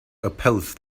oppose